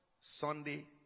Sunday